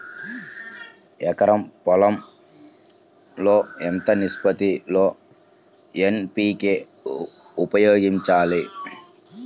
ఎకరం పొలం లో ఎంత నిష్పత్తి లో ఎన్.పీ.కే ఉపయోగించాలి?